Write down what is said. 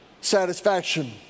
satisfaction